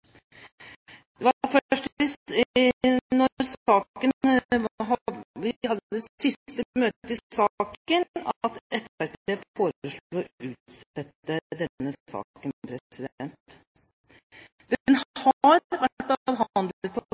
Det var først da vi hadde det siste møtet i saken at Fremskrittspartiet foreslo å utsette den. Den har vært